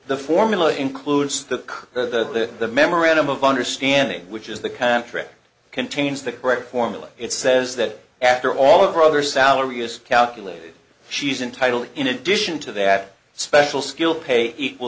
the formula includes that the memorandum of understanding which is the contract contains the correct formula it says that after all of her other salary is calculated she's entitled in addition to that special skill pay equal